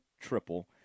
triple